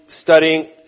studying